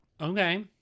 Okay